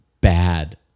bad